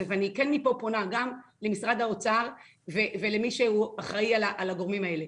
מפה אני פונה גם למשרד האוצר ולמי שאחראי על הגורמים האלה,